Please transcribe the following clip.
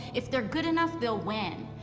if they're good enough, they'll win.